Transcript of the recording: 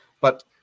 But-